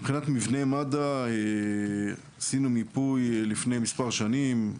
מבחינת מבני מד"א, עשינו מיפוי לפני מספר שנים.